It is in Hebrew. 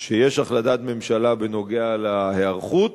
הוא שיש החלטת ממשלה בנוגע להיערכות,